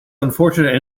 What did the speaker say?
unfortunate